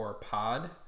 pod